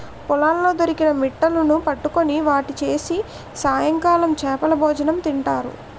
పొలాల్లో దొరికిన మిట్టలును పట్టుకొని వాటిని చేసి సాయంకాలం చేపలభోజనం తింటారు